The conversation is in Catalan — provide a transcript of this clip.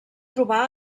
trobar